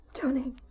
Tony